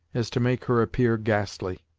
as to make her appear ghastly.